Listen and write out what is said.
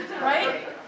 Right